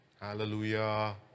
hallelujah